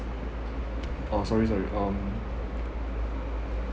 oh sorry sorry um